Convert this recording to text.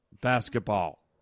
basketball